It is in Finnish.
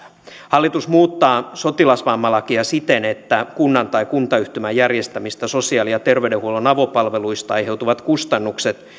hallitus muuttaa sotilasvammalakia siten että kunnan tai kuntayhtymän järjestämistä sosiaali ja terveydenhuollon avopalveluista aiheutuvat kustannukset